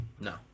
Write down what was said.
No